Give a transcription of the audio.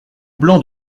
blancs